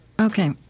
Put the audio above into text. Okay